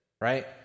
Right